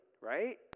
right